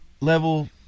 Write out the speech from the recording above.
level